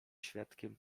świadkiem